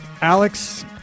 Alex